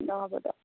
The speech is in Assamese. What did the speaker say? অ' হ'ব দক